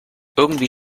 irgendwie